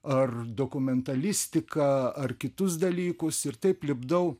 ar dokumentalistiką ar kitus dalykus ir taip lipdau